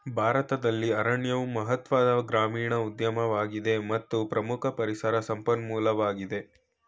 ಭಾರತದಲ್ಲಿ ಅರಣ್ಯವು ಮಹತ್ವದ ಗ್ರಾಮೀಣ ಉದ್ಯಮವಾಗಿದೆ ಮತ್ತು ಪ್ರಮುಖ ಪರಿಸರ ಸಂಪನ್ಮೂಲವಾಗಯ್ತೆ